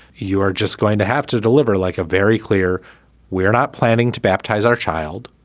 you are just going to have to deliver like a very clear we're not planning to baptize our child.